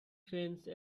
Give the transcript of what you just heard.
fence